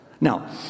Now